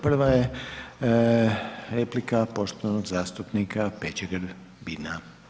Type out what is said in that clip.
Prva je replika poštovanog zastupnika Peđe Grbina.